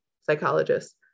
psychologists